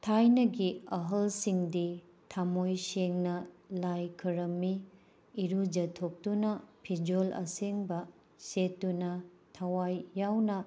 ꯊꯥꯏꯅꯒꯤ ꯑꯍꯜꯁꯤꯡꯗꯤ ꯊꯃꯣꯏ ꯁꯦꯡꯅ ꯂꯥꯏ ꯈꯨꯔꯨꯝꯃꯤ ꯏꯔꯨꯖꯊꯣꯛꯇꯨꯅ ꯐꯤꯖꯣꯜ ꯑꯁꯦꯡꯕ ꯁꯦꯠꯇꯨꯅ ꯊꯋꯥꯏ ꯌꯥꯎꯅ